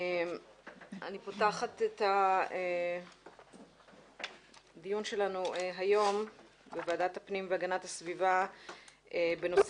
אני פותחת את הדיון שלנו היום בוועדת הפנים והגנת הסביבה בנושא